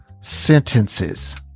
sentences